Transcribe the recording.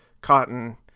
cotton